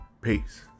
peace